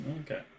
Okay